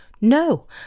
No